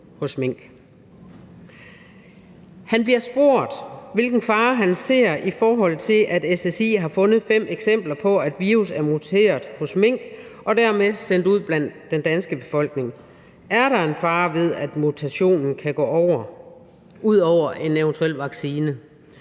Han bliver spurgt, hvilken fare han ser, i forhold til at SSI har fundet fem eksempler på, at virus er muteret hos mink og dermed sendt ud blandt den danske befolkning, altså om der er en fare for, at mutationen kan gå ud over en eventuel vaccine.